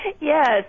Yes